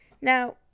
Now